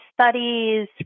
studies